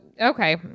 Okay